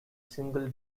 single